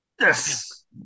Yes